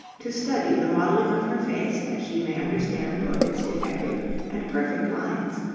to study the modelling of her face that she may understand both its defective and perfect lines.